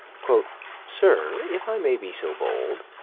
sir, if i may be so bold,